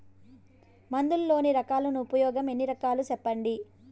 మందులలోని రకాలను ఉపయోగం ఎన్ని రకాలు? సెప్పండి?